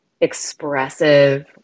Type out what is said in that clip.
expressive